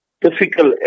difficult